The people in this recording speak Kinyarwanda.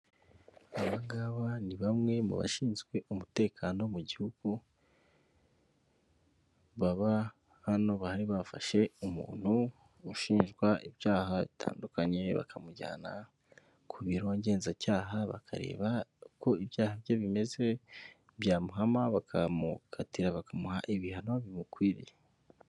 Abangaba ni bamwe mu bashinzwe umutekano mu gihugu baba hano bari bafashe umuntu ushinjwa ibyaha bitandukanye bakamujyana ku biro ngenzacyaha bakareba uko ibyaha bye bimeze byamuhama bakamukatira bakamuha ibihano bimukwiriye.